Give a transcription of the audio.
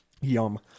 Yum